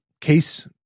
case